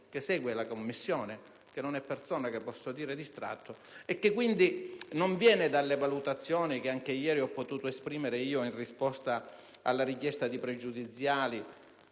lavori della Commissione, che non posso dire distratta - e che quindi non viene dalle valutazioni che, anche ieri, ho potuto esprimere in risposta alla richiesta di pregiudiziali